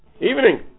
evening